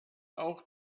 auch